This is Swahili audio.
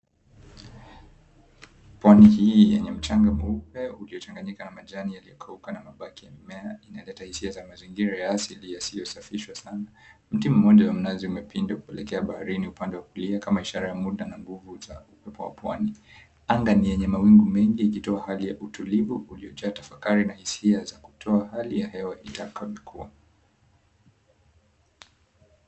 Pwani hii yenye mchanga mweupe uliochanganyika na majani yaliyokauka na mabaki ya mimea inaleta hisia za mazingira ya asili yasiyosafishwa sana. Mti mmoja wa mnazi umepinda kuelekea baharini upande wa kulia kama ishara ya muda na nguvu za upepo wa pwani. Anga ni yenye mawingu mengi ikitoa hali ya utulivu uliojaa tafakari na hisia za kutoa hali ya hewa itakavyokuwa.